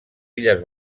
illes